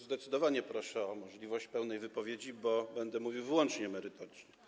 Zdecydowanie proszę o możliwość pełnej wypowiedzi, bo będę mówił wyłącznie merytorycznie.